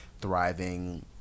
thriving